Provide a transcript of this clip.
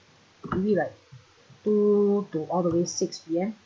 maybe like two to all the way six P M